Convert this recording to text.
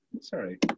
Sorry